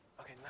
Okay